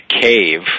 cave